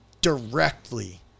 directly